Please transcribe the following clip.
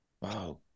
Wow